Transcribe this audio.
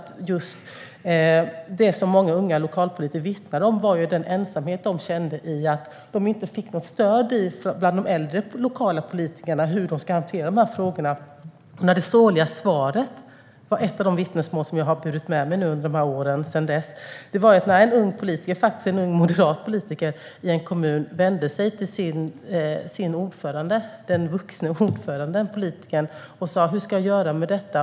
Det som många unga lokalpolitiker vittnade om var den ensamhet de kände i och med att de inte fick något stöd av de äldre lokala politikerna när det gällde hur de skulle hantera de här frågorna. Ett av de vittnesmål som jag har burit med mig under åren sedan dess kom från en ung politiker i en kommun - faktiskt en ung moderat - som vände sig till sin ordförande, den vuxne politikern, och frågade: Hur ska jag göra med detta?